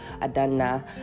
adana